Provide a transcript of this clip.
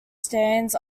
stands